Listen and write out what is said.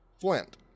Flint